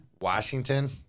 Washington